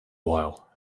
while